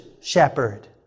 shepherd